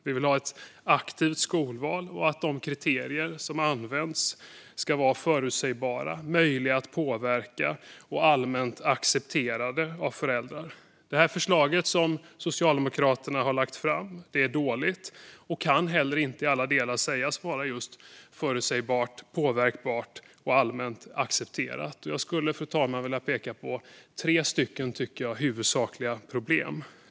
Vi vill ha ett aktivt skolval, och vi vill att de kriterier som används ska vara förutsägbara, möjliga att påverka och allmänt accepterade av föräldrar. Det förslag som Socialdemokraterna har lagt fram är dåligt. Kriterierna kan inte i alla delar sägas vara förutsägbara, påverkbara och allmänt accepterade. Jag skulle, fru talman, vilja peka på tre huvudsakliga problem.